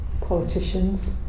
politicians